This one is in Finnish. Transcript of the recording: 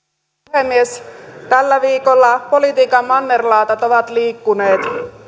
puhemies tällä viikolla politiikan mannerlaatat ovat liikkuneet